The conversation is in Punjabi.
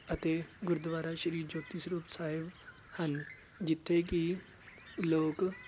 ਅਤੇ ਗੁਰਦੁਆਰਾ ਸ਼੍ਰੀ ਜੋਤੀ ਸਰੂਪ ਸਾਹਿਬ ਹਨ ਜਿੱਥੇ ਕਿ ਲੋਕ